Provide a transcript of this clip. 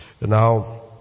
Now